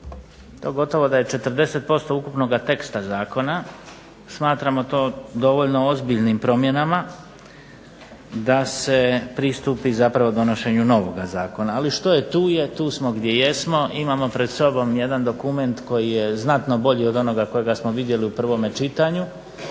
to gotovo da je 40% ukupnog teksta zakona smatramo to dovoljno ozbiljnim promjenama da se pristupi zapravo donošenju novog zakona. Ali što je tu je, tu smo gdje jesmo, imamo pred sobom jedan dokument koji je znatno bolji od onoga kojega smo vidjeli u prvom čitanju